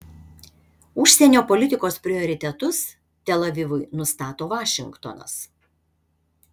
užsienio politikos prioritetus tel avivui nustato vašingtonas